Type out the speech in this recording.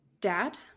Dad